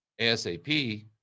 ASAP